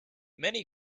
many